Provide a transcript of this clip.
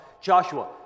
Joshua